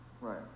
Right